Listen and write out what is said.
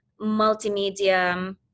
multimedia